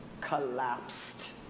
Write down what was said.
collapsed